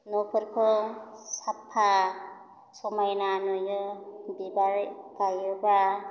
न'फोरखौ साफा समायना नुयो बिबार गायोबा